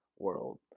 World